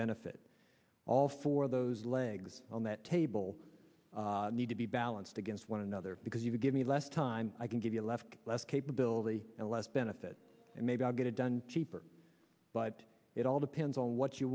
benefit all four of those legs on that table need to be balanced against one another because you give me less time i can give you left less capability and less benefit and maybe i'll get it done cheaper but it all depends on what you